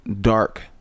dark